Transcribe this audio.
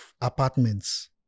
apartments